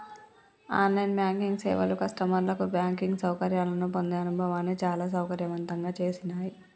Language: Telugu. ఆన్ లైన్ బ్యాంకింగ్ సేవలు కస్టమర్లకు బ్యాంకింగ్ సౌకర్యాలను పొందే అనుభవాన్ని చాలా సౌకర్యవంతంగా చేసినాయ్